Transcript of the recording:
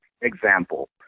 example